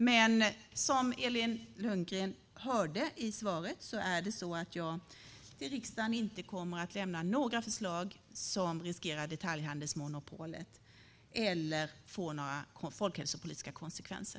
Men som Elin Lundgren hörde i svaret kommer jag inte att lämna några förslag till riksdagen som riskerar detaljhandelsmonopolet eller får några folkhälsopolitiska konsekvenser.